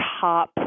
top